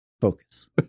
Focus